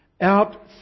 out